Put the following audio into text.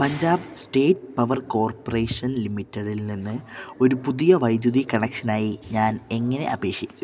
Punjab state power corporation ലിമിറ്റഡിൽനിന്ന് ഒരു പുതിയ വൈദ്യുതി കണക്ഷനായി ഞാൻ എങ്ങനെ അപേക്ഷിക്കും